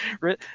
right